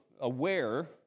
aware